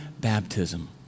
baptism